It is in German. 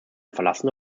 verlassene